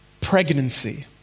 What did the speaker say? pregnancy